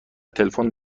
تلفن